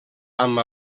amb